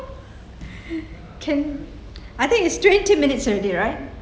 can I think it's twenty two minutes already right